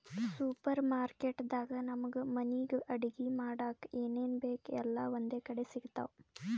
super market ದಾಗ್ ನಮ್ಗ್ ಮನಿಗ್ ಅಡಗಿ ಮಾಡಕ್ಕ್ ಏನೇನ್ ಬೇಕ್ ಎಲ್ಲಾ ಒಂದೇ ಕಡಿ ಸಿಗ್ತಾವ್